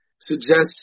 suggests